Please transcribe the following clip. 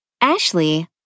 Ashley